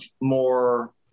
more